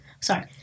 sorry